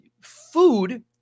Food